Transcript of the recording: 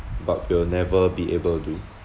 but will never be able to